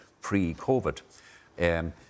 pre-COVID